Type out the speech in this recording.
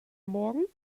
morgen